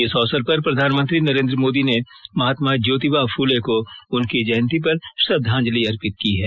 इस अवसर पर प्रधानमंत्री नरेन्द्र मोदी ने महात्मा ज्योतिबा फुले को उनकी जयंती पर श्रद्वांजलि अर्पित की है